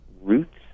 roots